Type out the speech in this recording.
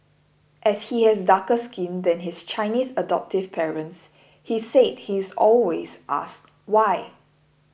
as he has darker skin than his Chinese adoptive parents he said he is always asked why